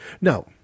Now